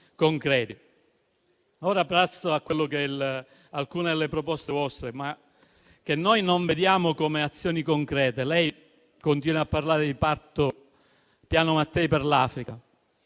Ora passo ad alcune delle vostre proposte, che noi non vediamo come azioni concrete. Lei continua a parlare di piano Mattei per l'Africa: